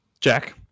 Jack